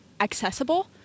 accessible